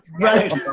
Right